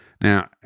Now